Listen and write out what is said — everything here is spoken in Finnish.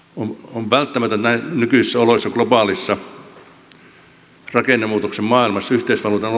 on välttämätöntä näissä nykyisissä oloissa globaalissa rakennemuutoksen maailmassa yhteisvaluutan